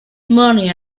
money